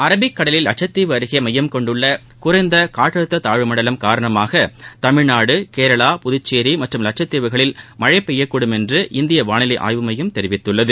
அரபிக்கடலில் லட்சத்தீவு அருகே மையம் கொண்டுள்ள காற்றழுத்த தாழ்வு மண்டலம் காரணமாக தமிழ்நாடு கேரளா புதச்சேரி மற்றும் லட்சத்தீவுகளில் மழை பெய்யக்கூடுமென்று இந்திய வானிலை ஆய்வு மையம் தெரிவித்துள்ளது